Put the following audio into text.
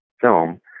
film